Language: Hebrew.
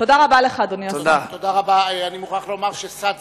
ולא לקבל את הזכות